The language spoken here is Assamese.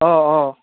অঁ অঁ